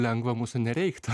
lengva mūsų nereiktų